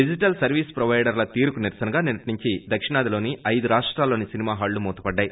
digital service ప్రొవైడర్ల తీరుకు నిరసనగా నిన్నటి నుంచి దక్షిణాదిలోని ఐదు రాష్టాల్లోని సినిమా హాళ్ళు మూతపడ్డాయి